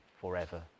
forever